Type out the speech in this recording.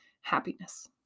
happiness